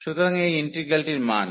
সুতরাং এটি ইন্টিগ্রালটির মান